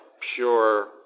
pure